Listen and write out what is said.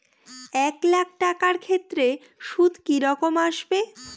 এক লাখ টাকার ক্ষেত্রে সুদ কি রকম আসবে?